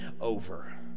over